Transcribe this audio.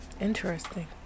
interesting